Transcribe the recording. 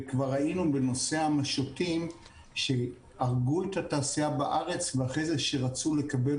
כבר ראינו בנושא המשוטים שהרגו את התעשייה בארץ ואחרי זה כשרצו לקבל